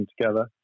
together